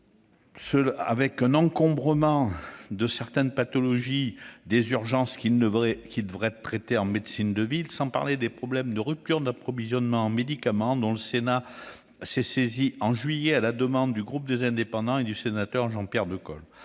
un encombrement des urgences par des pathologies qui devraient être traitées en médecine de ville, sans parler des problèmes de rupture d'approvisionnement en médicaments, dont le Sénat s'est saisi en juillet dernier à la demande du groupe Les Indépendants et du sénateur Jean-Pierre Decool-